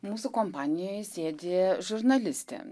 mūsų kompanijoje sėdi žurnalistė